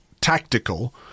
tactical